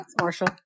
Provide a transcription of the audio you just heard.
Marshall